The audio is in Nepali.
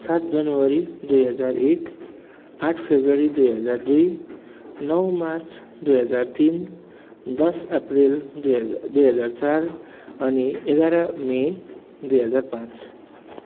सात जनवरी दुई हजार एक आठ फेब्रुअरी दुई हजार दुई नौ मार्च दुई हजार तिन दस अप्रेल दुई हजार दुई हजार चार अनि एघार मे दुई हजार पाँच